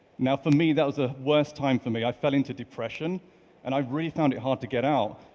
now for me that was a worse time for me. i fell into depression and i really found it hard to get out,